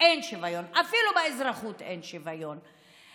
אין שוויון, אפילו באזרחות אין שוויון,